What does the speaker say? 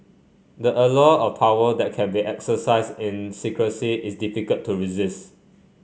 the allure of power that can be exercised in secrecy is difficult to resist